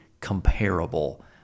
comparable